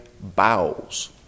bowels